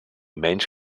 menys